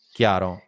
chiaro